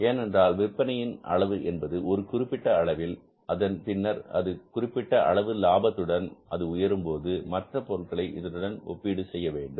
ஏனென்றால் விற்பனையில் அளவு என்பது ஒரு குறிப்பிட்ட அளவில் அதன் பின்னர் ஒரு குறிப்பிட்ட அளவு லாபத்துடன் அது உயரும்போது மற்ற பொருட்களை இதனுடன் ஒப்பீடு செய்ய வேண்டும்